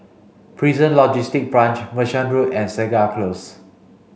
Prison Logistic Branch Merchant Road and Segar Close